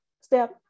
step